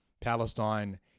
Palestine